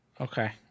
Okay